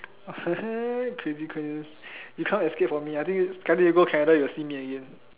what crazy coincidence you can't escape from me I think when you go Canada you will see me again